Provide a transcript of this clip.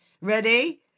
Ready